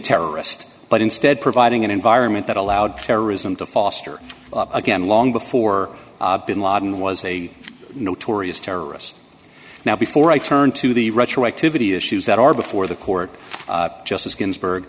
terrorist but instead providing an environment that allowed terrorism to foster again long before bin laden was a notorious terrorist now before i turn to the retroactivity issues that are before the court justice ginsburg